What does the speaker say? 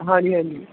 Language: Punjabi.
ਹਾਂਜੀ ਹਾਂਜੀ